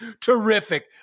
Terrific